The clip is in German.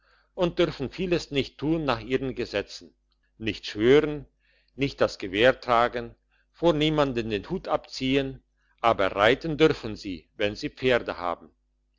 und dürfen vieles nicht tun nach ihren gesetzen nicht schwören nicht das gewehr tragen vor niemand den hut abziehn aber reiten dürfen sie wenn sie pferde haben